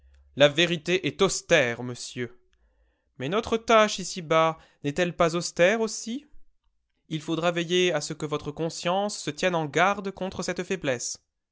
la vérité est austère monsieur mais notre tâche ici-bas n'est-elle pas austère aussi il faudra veiller à ce que votre conscience se tienne en garde contre cette faiblesse